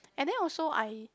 and then also I